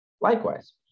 Likewise